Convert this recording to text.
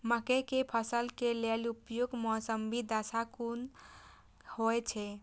मके के फसल के लेल उपयुक्त मौसमी दशा कुन होए छै?